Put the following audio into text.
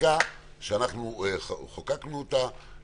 שאנחנו חוקקנו אותה